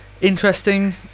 Interesting